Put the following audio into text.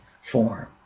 form